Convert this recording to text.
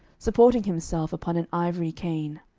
supporting himself upon an ivory cane.